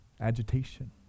agitation